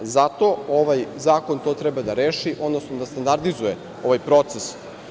Zato ovaj zakon to treba da reši, odnosno da standardizuje ovaj proces.